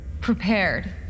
Prepared